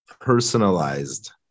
personalized